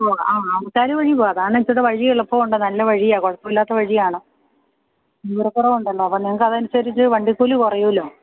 ഓ ആ ആനച്ചാല് വഴി പോവാം അതാണ് ഇച്ചിരികൂടെ വഴി എളുപ്പമുണ്ട് നല്ലവഴിയാണ് കുഴപ്പമില്ലാത്ത വഴിയാണ് ദൂരക്കൊറവുണ്ടല്ലോ അപ്പോള് നിങ്ങള്ക്കതനുസരിച്ച് വണ്ടി ക്കൂലി കുറയുമല്ലോ